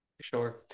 Sure